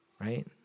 Right